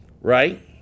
right